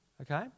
Okay